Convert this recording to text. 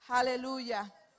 Hallelujah